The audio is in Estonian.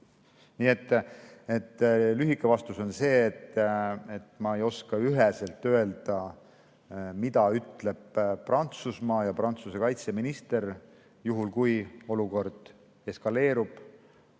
Nii et lühike vastus on see, et ma ei oska üheselt öelda, mida ütleb Prantsusmaa ja Prantsuse kaitseminister, juhul kui olukord eskaleerub,